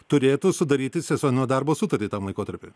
turėtų sudaryti sezoninio darbo sutartį tam laikotarpiui